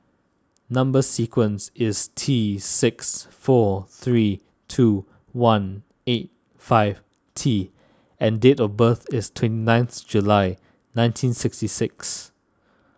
Number Sequence is T six four three two one eight five T and date of birth is twenty ninth July nineteen sixty six